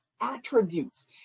attributes